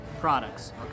products